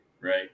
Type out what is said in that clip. right